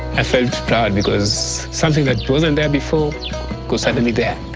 i felt proud because something that wasn't there before was suddenly there.